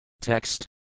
Text